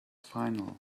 final